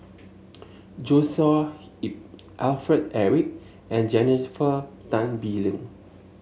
Joshua Ip Alfred Eric and Jennifer Tan Bee Leng